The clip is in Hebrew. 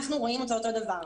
אנחנו רואים אותו דבר.